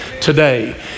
today